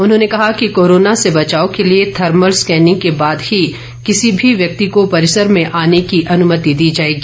उन्होंने कहा कि कोरोना से बचाव के लिए थर्मल स्कैनिंग के बाद ही किसी भी व्यक्ति को परिसर में आने की अनुमति दी जाएगी